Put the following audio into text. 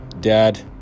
Dad